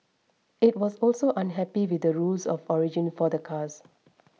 it was also unhappy with the rules of origin for cars